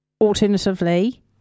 Alternatively